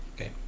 Okay